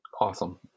awesome